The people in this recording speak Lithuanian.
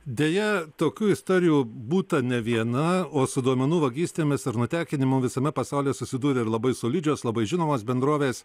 deja tokių istorijų būta ne viena o su duomenų vagystėmis ar nutekinimu visame pasaulyje susidūrė ir labai solidžios labai žinomos bendrovės